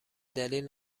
دلیل